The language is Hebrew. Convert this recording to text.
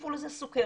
תוסיפו לזה סכרת,